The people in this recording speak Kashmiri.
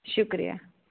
شُکریہ